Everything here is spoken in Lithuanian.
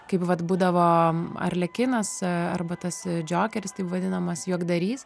kaip vat būdavo arlekinas arba tas džokeris taip vadinamas juokdarys